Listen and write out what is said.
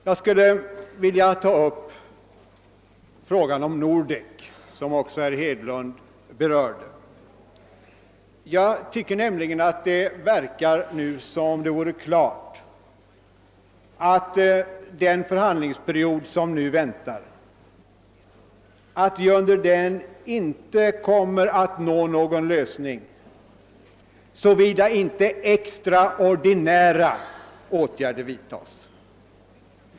Jag skulle vilja ta upp frågan om Nordek, som också herr Hedlund berörde. Det verkar nu som om det vore klart att vi under den förhandlingsperiod som nu väntas inte kommer att nå fram till någon lösning såvida inte extraordinära åtgärder vidtas.